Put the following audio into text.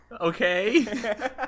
Okay